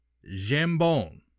Jambon